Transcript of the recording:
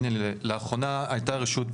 לאחרונה הייתה רשות,